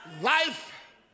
life